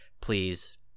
Please